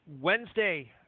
Wednesday